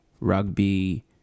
rugby